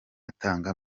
atanga